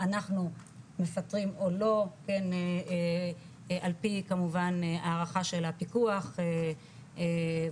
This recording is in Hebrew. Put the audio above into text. אנחנו מפטרים או לא על פי כמובן הערכה של הפיקוח וכו',